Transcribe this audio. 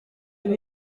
ibi